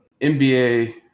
NBA